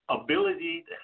ability